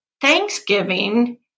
Thanksgiving